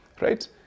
right